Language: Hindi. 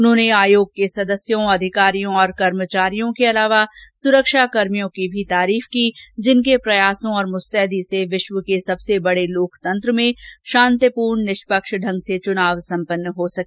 उन्होंने आयोग के सदस्यों अधिकारियों और कर्मचारियों के अलावा सुरक्षाकर्मियों की भी तारीफ की जिनके प्रयासों और मुस्तैदी से विश्व के सबसे बड़े लोकतंत्र में शांतिपूर्ण निष्पक्ष ढंग से चीनाव संपन्न हो सके